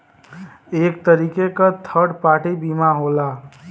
एक तरीके क थर्ड पार्टी बीमा होला